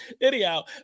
Anyhow